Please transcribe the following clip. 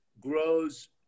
grows